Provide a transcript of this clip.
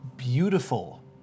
Beautiful